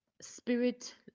spirit